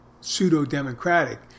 pseudo-democratic